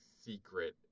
secret